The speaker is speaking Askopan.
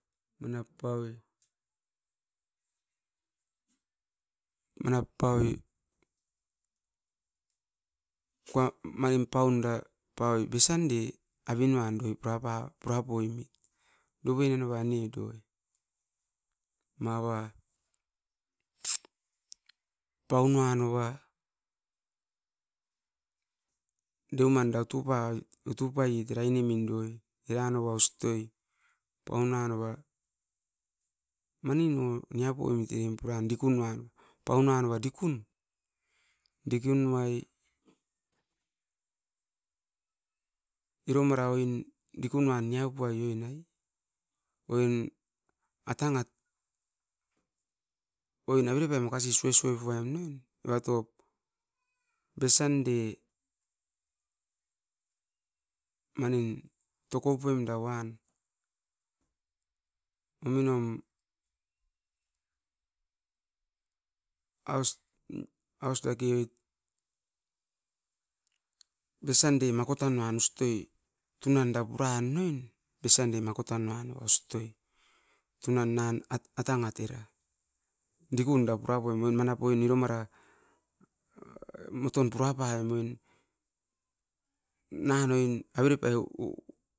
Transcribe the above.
Manap paui, manun paun da paui mesande pauna noa pura poiemit. Doven noa aine doi, mava pauna noa deuman era utu paiet era ainemin doi. Mava ustoi pau nanoa manin o nia poimit puran dikun. Dikun nanoa iro mara oin dikunan diapuat oin atangat oin avere pai makasi suesue puaim evatop besan de manin took poem da van omin nom aus dake oit besan de miakotan nuan ustoi tunan era puran nanoin. Makotan nuan ustoi tunan era puran nanoin. Makotan nua noa ustoi tunan nan atangat era dikun era pura poim oin irom mara moton pura pavoim oin nanoin.